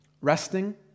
resting